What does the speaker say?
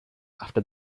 after